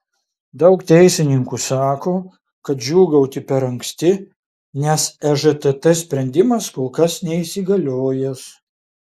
daug teisininkų sako kad džiūgauti per anksti nes ežtt sprendimas kol kas neįsigaliojęs